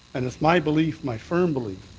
and it's my belief, my firm belief,